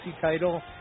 title